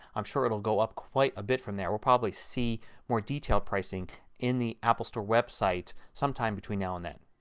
i'm sure it will go up quite a bit from there. we will probably see more detailed pricing in the apple store website sometime between now and then.